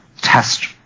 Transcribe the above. test